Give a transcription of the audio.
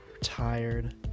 Tired